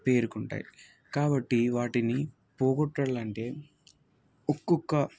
పేరుకుంటాయి కాబట్టి వాటిని పోగొట్టాలంటే ఒక్కొక్క